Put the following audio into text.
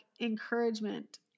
encouragement